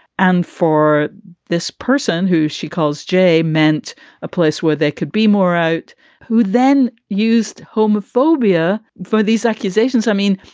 and for this person who she calls j meant a place where there could be more out who then used homophobia for these accusations. i mean,